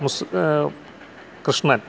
ഉസ് Krishnan